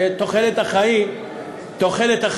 שתוחלת החיים מתארכת.